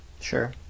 Sure